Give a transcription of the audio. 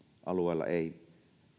alueella ei